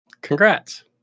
Congrats